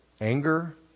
anger